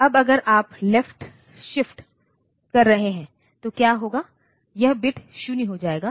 अब अगर आप लेफ्ट शिफ्ट कर रहे हैं तो क्या होगा यह बिट 0 हो जाएगा